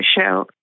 show